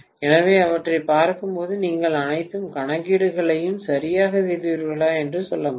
எனவே அவற்றைப் பார்க்கும்போது நீங்கள் அனைத்து கணக்கீடுகளையும் சரியாக செய்துள்ளீர்களா என்று சொல்ல முடியும்